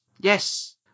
Yes